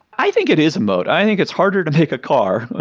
i think it is a moat. i think it's harder to make a car,